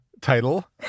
title